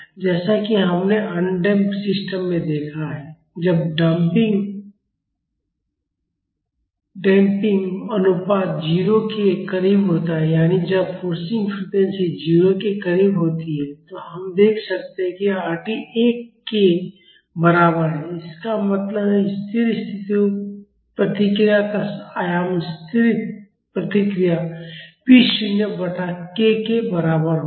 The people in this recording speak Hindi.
जैसा कि हमने अडम्प्ड सिस्टम में देखा है जब डंपिंग अनुपात 0 के करीब होता है यानी जब फोर्सिंग फ्रीक्वेंसी 0 के करीब होती है तो हम देख सकते हैं कि Rd 1 के बराबर है इसका मतलब है स्थिर स्थिति प्रतिक्रिया का आयाम स्थिर प्रतिक्रिया p शून्य बटा k के बराबर होगा